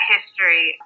History